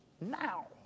now